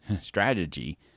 strategy